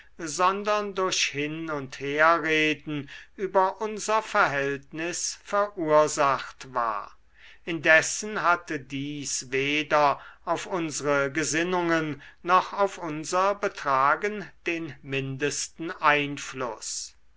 sondern durch hin und herreden über unser verhältnis verursacht war indessen hatte dies weder auf unsre gesinnungen noch auf unser betragen den mindesten einfluß